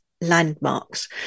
landmarks